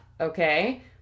Okay